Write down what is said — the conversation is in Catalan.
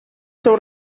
seu